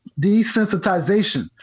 desensitization